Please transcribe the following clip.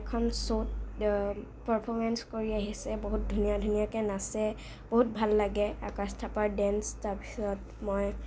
এখন শ্ৱ'ত পাৰ্ফমেনচ্ কৰি আহিছে বহুত ধুনীয়া ধুনীয়াকৈ নাচে বহুত ভাল লাগে আকাশ থাপাৰ ডেন্স তাৰপিছত মই